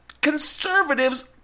conservatives